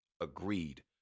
agreed